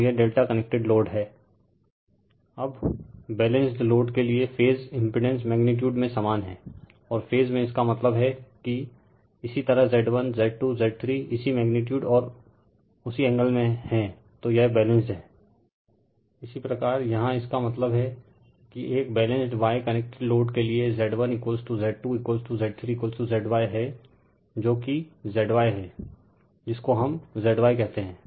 तो यह ∆ connected load हैंl Refer Slide Time 1756 अब बैलेंस्ड लोड के लिए फेज इमपीडेंस मैग्नीटयूड में समान हैंlऔर फेज में इसका मतलब है कि इसी तरह Z1 Z2 Z3 इसी मैग्नीटयूड और उसी एंगल हैं तो यह बैलेंस्ड हैंl Refer Slide Time 1807 इसी प्रकार यहाँ इसका मतलब हैं कि एक बैलेंस्ड Y कनेक्टेड लोड के लिए Z1Z2Z3ZY हैlजो कि ZY हैं जिसको हम ZY कहते हैं